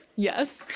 Yes